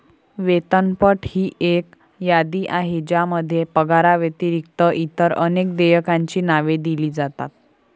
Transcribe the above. वेतनपट ही एक यादी आहे ज्यामध्ये पगाराव्यतिरिक्त इतर अनेक देयकांची नावे दिली जातात